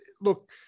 Look